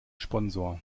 sponsor